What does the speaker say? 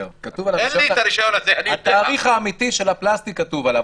אין לי את הרישיון הזה -- התאריך האמתי של הפלסטיק כתוב עליו.